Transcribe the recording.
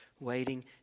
waiting